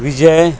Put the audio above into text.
विजय